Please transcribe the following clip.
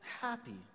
happy